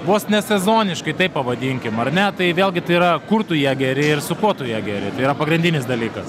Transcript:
vos ne sezoniškai taip pavadinkim ar ne tai vėlgi tai yra kur tu ją geri ir su kuo tu ją geri tai yra pagrindinis dalykas